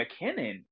McKinnon